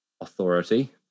authority